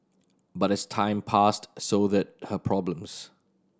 but as time passed so did her problems